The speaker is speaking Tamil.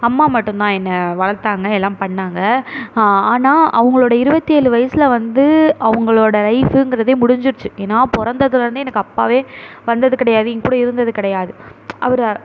அம்மா மட்டுந்தான் என்னை வளர்த்தாங்க எல்லாம் பண்ணாங்க ஆனால் அவங்களுடைய இருவத்தேழு வயதில் வந்து அவங்களோட லைஃபுங்கிறதே முடிஞ்சுடுச்சு நான் பிறந்ததுலேருந்தே எனக்கு அப்பாவே வந்தது கிடையாது எங்கூட இருந்தது கிடையாது அவரை